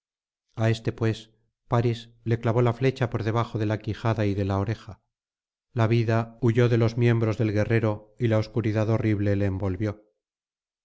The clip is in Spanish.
a éste pues parís le clavó la flecha por debajo de la quijada y de la oreja la vida huyó de los miembros del guerrero y la obscuridad horrible le envolvió